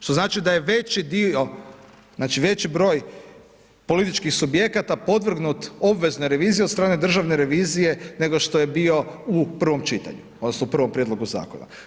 Što znači da je veći dio, veći broj političkih subjekata podvrgnut obvezne revizije od strane Državne revizije, nego što je bio u prvom čitanju, odnosno, u prvom prijedlogu zakona.